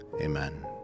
Amen